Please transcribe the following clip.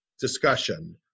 discussion